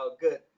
good